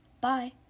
Bye